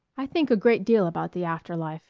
i think a great deal about the after-life